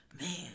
Man